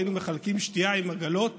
היינו מחלקים שתייה עם עגלות